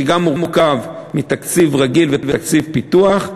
שגם הוא מורכב מתקציב רגיל ותקציב פיתוח,